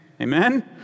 Amen